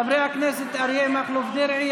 חברי הכנסת אריה מכלוף דרעי,